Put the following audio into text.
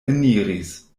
eniris